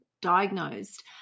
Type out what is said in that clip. diagnosed